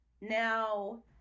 Now